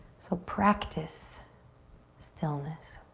so practice stillness.